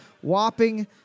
whopping